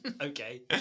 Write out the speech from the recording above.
okay